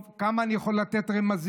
טוב, כמה אני יכול לתת רמזים?